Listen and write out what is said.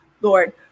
Lord